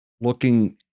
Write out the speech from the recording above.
Looking